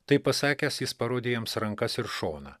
tai pasakęs jis parodė jiems rankas ir šoną